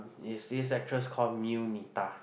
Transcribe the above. is this actress called Mew Nitha